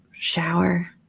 shower